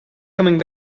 coming